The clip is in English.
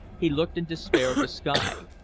he looked in despair at the sky.